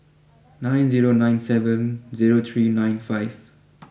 nine zero nine seven zero three nine five